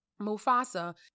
Mufasa